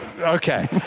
Okay